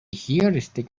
heuristic